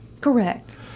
Correct